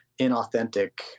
inauthentic